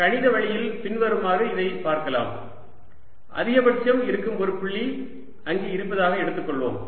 கணித வழியில் பின்வருமாறு இதைப் பார்க்கலாம் அதிகபட்சம் இருக்கும் ஒரு புள்ளி அங்கே இருப்பதாக எடுத்துக்கொள்வோம்